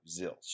zilch